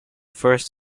first